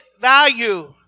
value